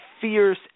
fierce